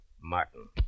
Martin